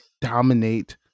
dominate